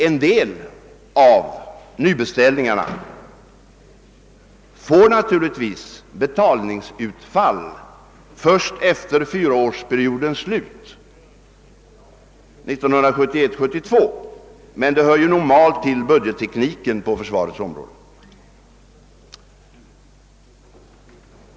En del av nybeställningarna får naturligtvis betalningsutfall först efter fyraårsperiodens slut 1971/72, men detta hör normalt till budgettekniken på försvarets område.